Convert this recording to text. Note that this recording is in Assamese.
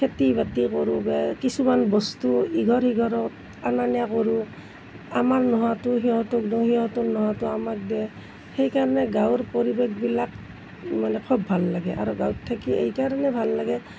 খেতি বাতি গৰু গায় কিছুমান বস্তু ইঘৰ সিঘৰত অনা নিয়া কৰোঁ আমাৰ নোহোৱাটো সিহঁতক দিওঁ সিহঁতৰ নোহোৱাটো আমাক দিয়ে সেইকাৰণে গাঁৱৰ পৰিৱেশবিলাক মানে খুব ভাল লাগে আৰু গাঁৱত থাকি এইকাৰণে ভাল লাগে